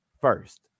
first